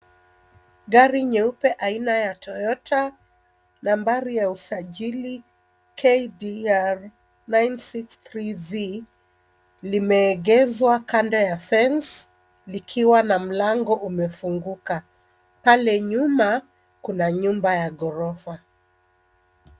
Gari nyeupe aina ya toyota, nambari ya usajili KDR 963V limegeshwa kando ya fence likiwa na mlango umefunguka. Pale nyuma kuna nyumba ya ghorofa.